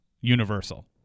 universal